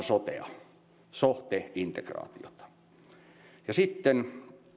sotea so te integraatiota sitten